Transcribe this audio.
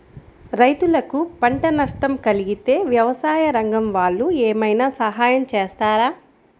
రైతులకు పంట నష్టం కలిగితే వ్యవసాయ రంగం వాళ్ళు ఏమైనా సహాయం చేస్తారా?